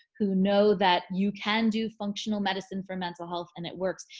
who know that you can do functional medicine for mental health and it works.